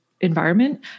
environment